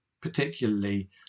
particularly